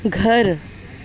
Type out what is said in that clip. گھر